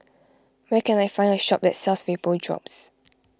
where can I find a shop that sells Vapodrops